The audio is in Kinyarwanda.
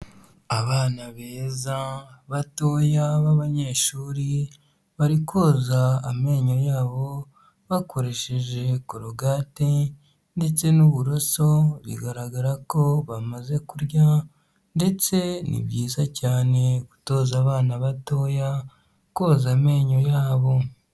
Abana beza batoya b'abanyeshuri bari koza amenyo yabo bakoresheje Korogate ndetse n'uburoso bigaragara ko bamaze kurya ndetse ni byiza cyane gutoza abana batoya koza amenyo yabo.